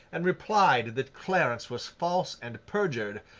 and replied that clarence was false and perjured,